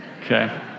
okay